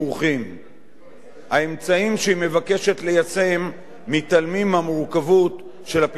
האמצעים שהיא מבקשת ליישם מתעלמים מהמורכבות של הפתרונות הדמוקרטיים,